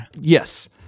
Yes